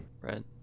right